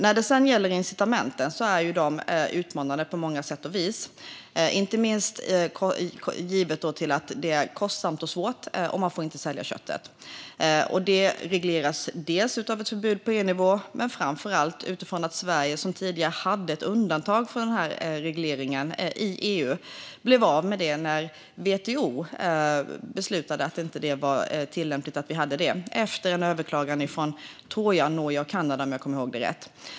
När det sedan gäller incitamenten är de utmanande på många sätt, inte minst givet att det är kostsamt och svårt och att man inte får sälja köttet. Detta regleras delvis genom ett förbud på EU-nivå men framför allt genom att Sverige, som tidigare hade ett undantag från denna reglering i EU, blev av med det när WTO beslutade att det inte var lämpligt att vi hade det, efter en överklagan från Norge och Kanada, om jag kommer ihåg rätt.